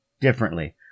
differently